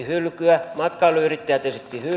hylkyä matkailuyrittäjät esittivät hylkyä